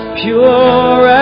pure